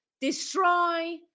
destroy